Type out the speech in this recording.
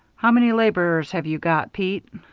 how many laborers have you got, pete?